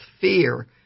fear